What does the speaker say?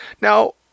now